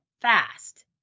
fast